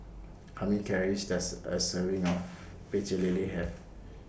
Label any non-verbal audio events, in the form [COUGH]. How Many Calories Does A Serving [NOISE] of Pecel Lele Have